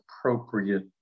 appropriate